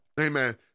amen